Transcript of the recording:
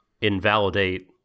invalidate